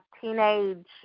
teenage